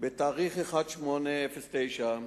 ב-1 באוגוסט 2003,